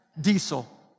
diesel